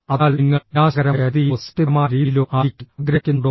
അതിനാൽ നിങ്ങൾ വിനാശകരമായ രീതിയിലോ സൃഷ്ടിപരമായ രീതിയിലോ ആയിരിക്കാൻ ആഗ്രഹിക്കുന്നുണ്ടോ